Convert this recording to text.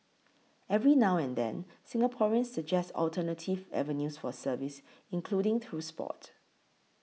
every now and then Singaporeans suggest alternative avenues for service including through sport